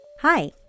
Hi